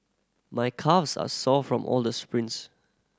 my calves are sore from all the sprints